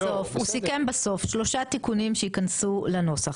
הוא סיכם בסוף שלושה תיקונים שייכנסו לנוסח,